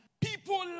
people